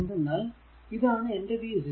എന്തെന്നാൽ ഇതാണ് എന്റെ v0